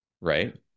Right